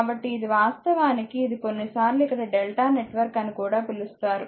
కాబట్టి ఇది వాస్తవానికి ఇది కొన్నిసార్లు ఇక్కడ డెల్టా నెట్వర్క్ అని కూడా పిలుస్తారు